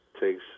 takes